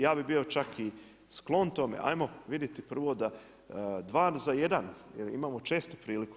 Ja bih bio čak i sklon tome 'ajmo vidjeti prvo dva za jedan, imamo često priliku.